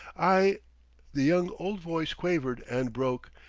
i the young old voice quavered and broke,